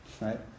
right